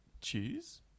Cheese